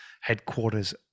headquarters